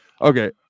Okay